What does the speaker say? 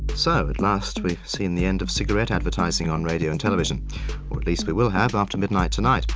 so, at last we've seen the end of cigarette advertising on radio and television, or at least we will have, after midnight tonight.